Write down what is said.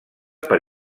per